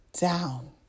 down